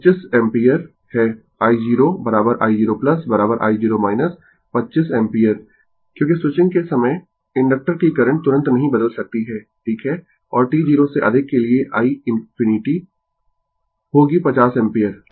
तो i0 I 25 ampere है i0 i0 i0 25 ampere क्योंकि स्विचिंग के समय इंडक्टर की करंट तुरंत नहीं बदल सकती है ठीक है और t 0 से अधिक के लिए i ∞ I होगी 50 एम्पीयर